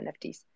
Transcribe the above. NFTs